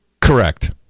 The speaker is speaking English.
Correct